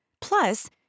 Plus